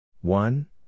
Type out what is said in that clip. One